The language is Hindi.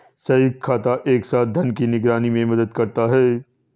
संयुक्त खाता एक साथ धन की निगरानी में मदद करता है